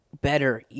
Better